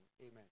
Amen